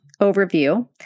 overview